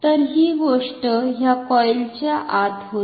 तर ही गोष्ट ह्या कॉईल च्या आत होती